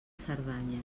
cerdanya